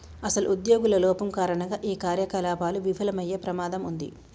అసలు ఉద్యోగుల లోపం కారణంగా ఈ కార్యకలాపాలు విఫలమయ్యే ప్రమాదం ఉంది